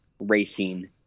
racing